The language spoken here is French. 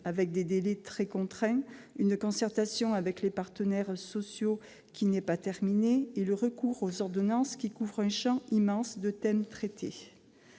: des délais très contraints, une concertation avec les partenaires sociaux qui n'est pas terminée et le recours aux ordonnances, couvrant un champ immense. Pour autant,